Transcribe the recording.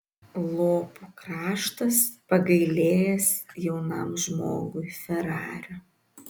lopų kraštas pagailėjęs jaunam žmogui ferario